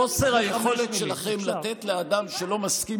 חוסר היכולת שלכם לתת לאדם שלא מסכים